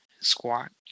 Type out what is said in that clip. Squat